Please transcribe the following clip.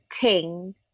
Ting